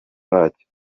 bacyo